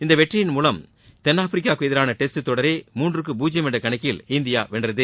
இந்த வெற்றியின் மூலம் தென்னாப்பிரிக்காவுக்கு எதிரான டெஸ்ட் தொடரை மூன்றுக்கு பூஜ்ஜியம் என்ற கணக்கில் இந்தியா வென்றது